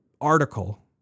article